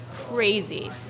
crazy